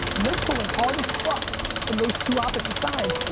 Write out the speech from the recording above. and they're pulling hard as fuck from those two opposite sides,